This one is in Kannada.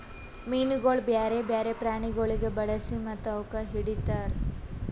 ಮೀನುಗೊಳ್ ಬ್ಯಾರೆ ಬ್ಯಾರೆ ಪ್ರಾಣಿಗೊಳಿಗ್ ಬಳಸಿ ಮತ್ತ ಅವುಕ್ ಹಿಡಿತಾರ್